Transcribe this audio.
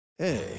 Hey